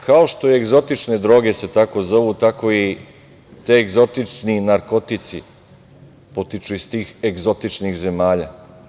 Kao što se egzotične droge tako zovu, tako i ti egzotični narkotici potiču iz tih egzotičnih zemalja.